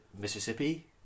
Mississippi